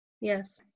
yes